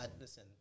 Listen